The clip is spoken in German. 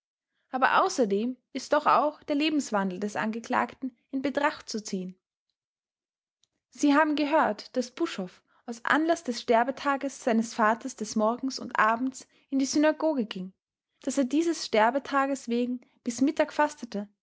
aber außerdem ist doch auch der lebenswandel des angeklagten in betracht zu ziehen sie haben gehört daß buschhoff aus anlaß des sterbetages seines vaters des morgens und abends in die synagoge ging daß er dieses sterbetages wegen bis mittag fastete